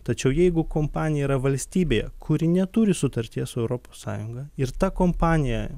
tačiau jeigu kompanija yra valstybėje kuri neturi sutarties su europos sąjunga ir ta kompanija